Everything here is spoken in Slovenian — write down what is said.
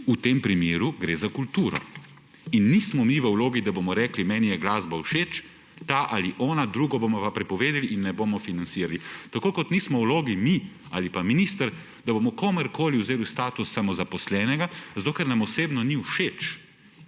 V tem primeru gre za kulturo in nismo mi v vlogi, da bomo rekli, meni je glasba všeč, ta ali ona, drugo bomo pa prepovedali in ne bomo financirali. Tako kot nismo v vlogi mi ali pa minister, da bomo komerkoli vzeli status samozaposlenega, ker nam osebno ni všeč.